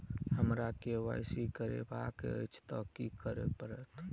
हमरा केँ Y C करेवाक अछि तऽ की करऽ पड़तै?